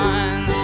one